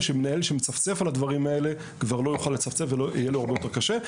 כדי שמנהל שמצפצף על הדברים האלה יהיה לו הרבה יותר קשה.